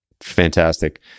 Fantastic